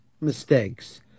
mistakes